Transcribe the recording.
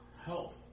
help